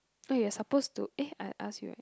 oh you're supposed to eh I asked you already